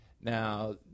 Now